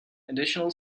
additional